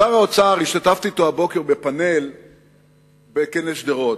שר האוצר, השתתפתי אתו הבוקר בפאנל בכנס שדרות.